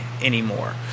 anymore